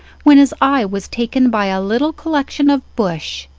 when his eye was taken by a little collection of bush,